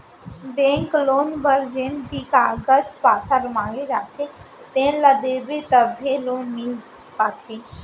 bank loan बर जेन भी कागज पातर मांगे जाथे तेन ल देबे तभे लोन मिल पाथे